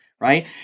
right